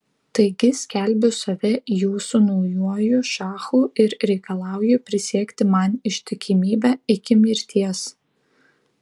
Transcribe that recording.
taigi skelbiu save jūsų naujuoju šachu ir reikalauju prisiekti man ištikimybę iki mirties